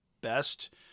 best